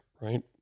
right